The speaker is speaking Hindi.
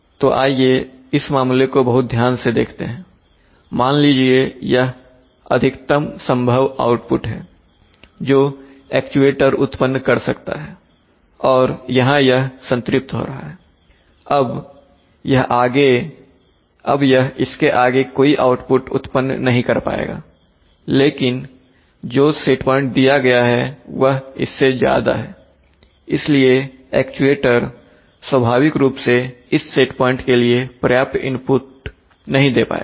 तो आइए इस मामले को बहुत ध्यान से देखते हैं मान लीजिए यह अधिकतम संभव आउटपुट है जो एक्चुएटर उत्पन्न कर सकता हैऔर यहां यह संतृप्त हो रहा हैअब यह इसके आगे कोई आउटपुट उत्पन्न नहीं कर पाएगा लेकिन जो सेट प्वाइंट दिया गया है वह इससे ज्यादा है इसलिए एक्चुएटर स्वाभाविक रूप से इस सेट पॉइंट के लिए पर्याप्त इनपुट नहीं दे पाएगा